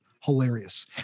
hilarious